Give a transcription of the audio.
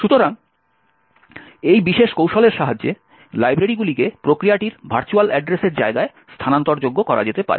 সুতরাং এই বিশেষ কৌশলের সাহায্যে লাইব্রেরিগুলিকে প্রক্রিয়াটির ভার্চুয়াল অ্যাড্রেসের জায়গায় স্থানান্তরযোগ্য করা যেতে পারে